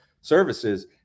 services